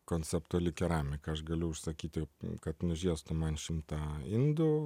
konceptuali keramika aš galiu užsakyti kad nužiestų man šimtą indų